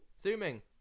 Zooming